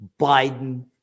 Biden